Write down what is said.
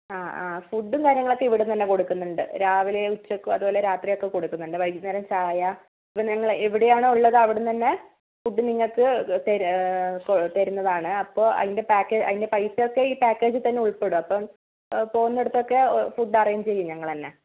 ആ ആ ഫുഡും കാര്യങ്ങളൊക്കെ ഇവിടെ നിന്നുതന്നെ കൊടുക്കുന്നുണ്ട് രാവിലെയും ഉച്ചയ്ക്കും അതുപോലെ രാത്രി ഒക്കെ കൊടുക്കുന്നുണ്ട് വൈകുന്നേരം ചായ ഇപ്പോൾ നിങ്ങൾ എവിടെയാണോ ഉള്ളത് അവിടെ നിന്നുതന്നെ ഫുഡ് നിങ്ങൾക്ക് തരുന്നതാണ് അപ്പോൾ അതിന്റെ പാക്ക് അതിൻ്റെ പൈസ ഒക്കെ ഈ പാക്കേജിൽ തന്നെ ഉൾപ്പെടും അപ്പം പോവുന്നിടത്തൊക്കെ ഫുഡ് അറേഞ്ച് ചെയ്യും ഞങ്ങൾ തന്നെ